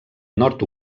nord